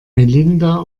melinda